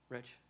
Rich